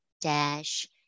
dash